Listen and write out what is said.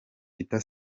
peter